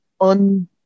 on